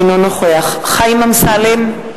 אינו נוכח חיים אמסלם,